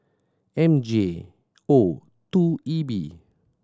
M J O two E B